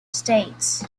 states